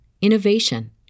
innovation